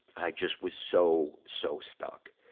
i just was so, so stuck.